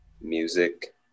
Music